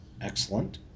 Excellent